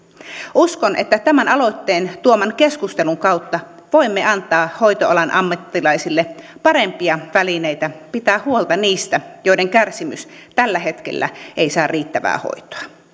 uskon että tämän aloitteen tuoman keskustelun kautta voimme antaa hoitoalan ammattilaisille parempia välineitä pitää huolta niistä joiden kärsimys tällä hetkellä ei saa riittävää hoitoa